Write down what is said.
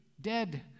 dead